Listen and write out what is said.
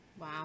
Wow